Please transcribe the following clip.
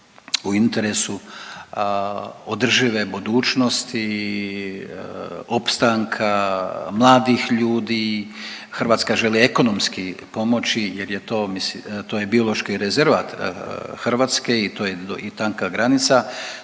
u interesu održive budućnosti, opstanka mladih ljudi. Hrvatska želi ekonomski pomoći jer je to, to je biološki rezervat Hrvatske i to je i tanka granica.